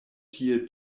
tie